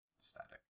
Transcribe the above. Static